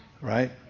Right